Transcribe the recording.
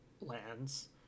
lands